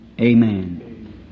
amen